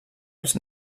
els